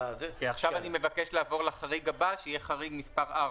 ועכשיו אני מבקש לעבור לחריג הבא שיהיה חריג מספר 4,